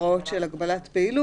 החדש (הוראת שעה) (הגבלת השהייה במרחב הציבורי והגבלת פעילות),